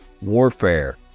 warfare